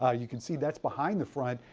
ah you can see that's behind the front.